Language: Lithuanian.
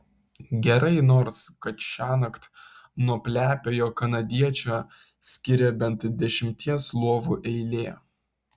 gerai nors kad šiąnakt nuo plepiojo kanadiečio skiria bent dešimties lovų eilė